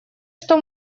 что